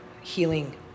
healing